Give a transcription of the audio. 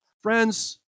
Friends